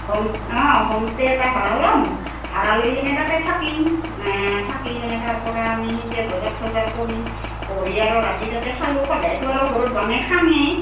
home অঁ homestay এটা ভাড়া ল'ম ভাড়া লৈ কেনে তাতে থাকিম থাকি সেনে তাৰপৰা আমি সেনেকে বজাৰ থজাৰ কৰিম কৰি আৰু ৰাতি তাতে খালোঁ সদায়তো আৰু ঘৰত বনাই খাঙেই